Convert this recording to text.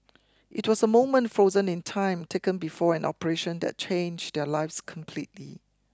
it was a moment frozen in time taken before an operation that changed their lives completely